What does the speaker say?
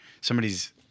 somebody's –